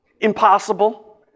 Impossible